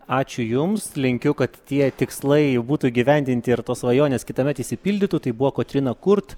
ačiū jums linkiu kad tie tikslai būtų įgyvendinti ir tos svajonės kitąmet išsipildytų tai buvo kotryna kurt